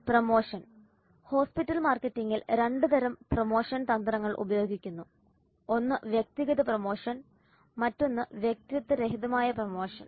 promotion hospital മാർക്കറ്റിംഗിൽ രണ്ട് തരം പ്രൊമോഷൻ തന്ത്രങ്ങൾ ഉപയോഗിക്കുന്നു ഒന്ന് വ്യക്തിഗത പ്രമോഷൻ മറ്റൊന്ന് വ്യക്തിത്വരഹിതമായ പ്രമോഷൻ